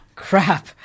crap